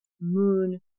moon